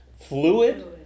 fluid